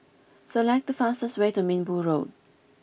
select the fastest way to Minbu Road